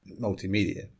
multimedia